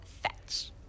fetch